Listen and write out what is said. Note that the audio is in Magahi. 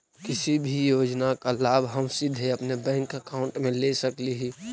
किसी भी योजना का लाभ हम सीधे अपने बैंक अकाउंट में ले सकली ही?